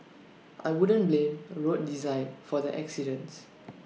I wouldn't blame road design for the accidents